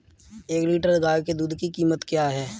एक लीटर गाय के दूध की कीमत क्या है?